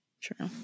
true